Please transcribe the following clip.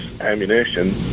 ammunition